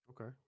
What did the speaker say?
Okay